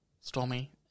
Stormy